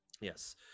Yes